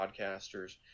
podcasters